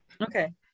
okay